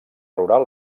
rural